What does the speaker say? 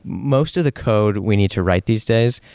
most of the code we need to write these days.